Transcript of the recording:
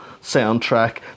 soundtrack